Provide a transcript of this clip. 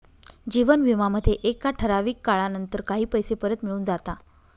जीवन विमा मध्ये एका ठराविक काळानंतर काही पैसे परत मिळून जाता